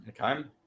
Okay